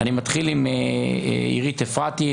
אני מתחיל עם יונית אפרתי,